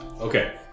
Okay